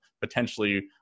potentially